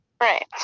Right